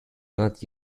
not